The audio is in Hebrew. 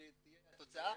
כשתהיה תוצאה.